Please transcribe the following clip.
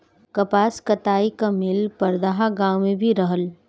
कपास कताई कअ मिल परदहा गाँव में भी रहल